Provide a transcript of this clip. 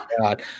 God